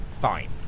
Fine